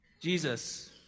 Jesus